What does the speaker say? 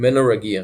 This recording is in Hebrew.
- menorrhgia